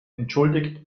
entschuldigt